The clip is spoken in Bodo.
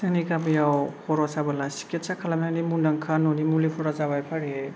जोंनि गामियाव खर' साबोला सिकित्सा खालामनायनि मुंदांखा न'नि मुलिफोरा जाबाय फारियै